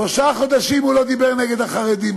שלושה חודשים הוא לא דיבר נגד החרדים,